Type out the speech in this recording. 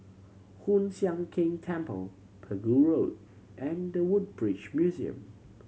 Hoon Sian Keng Temple Pegu Road and The Woodbridge Museum